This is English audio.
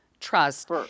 trust